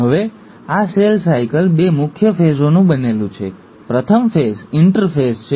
હવે આ cell cycle બે મુખ્ય ફેઝઓનું બનેલું છે પ્રથમ તબક્કો ઇન્ટરફેઝ છે